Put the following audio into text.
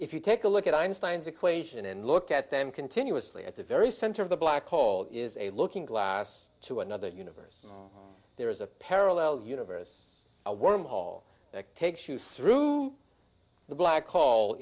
if you take a look at einstein's equation and look at them continuously at the very center of the black hole is a looking glass to another universe there is a parallel universe a wormhole that takes you through the black call